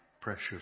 precious